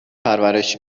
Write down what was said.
پرورش